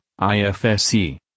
IFSC